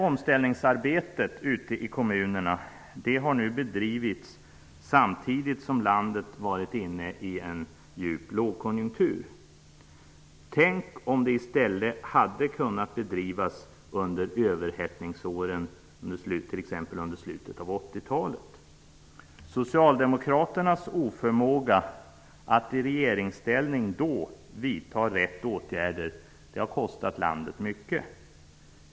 Omställningsarbetet ute i kommunerna har bedrivits samtidigt som landet varit inne i en djup lågkonjunktur. Tänk om det i stället hade kunnat bedrivas under överhettningsåren i slutet av 80 talet! Socialdemokraternas oförmåga att i regeringsställning då vidta rätt åtgärder har kostat landet mycket.